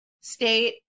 state